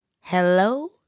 hello